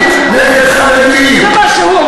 בגלל ההסתה שלכם.